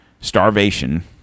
starvation